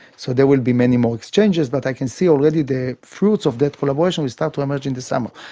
so there will be many more exchanges, but i can see already the fruits of that collaboration will start to emerge in the summer.